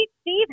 Steve